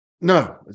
No